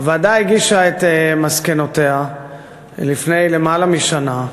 הוועדה הגישה את מסקנותיה לפני למעלה משנה,